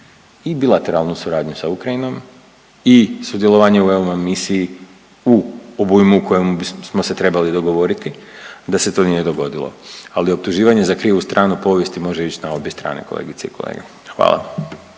i bilateralnu suradnju sa Ukrajinom i sudjelovanje u EUMAM misiji u obujmu u kojem bismo se trebali dogovoriti da se to nije dogodilo, ali optuživanje za krivu stranu povijesti može ić na obje strane kolegice i kolege, hvala.